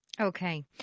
Okay